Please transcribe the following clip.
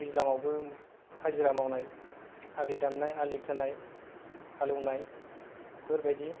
दैज्लांयावबो हाजिरा मावनाय आलि दाननाय आलि खोनाय हालौनाय फोरबादि